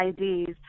IDs